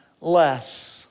less